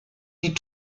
die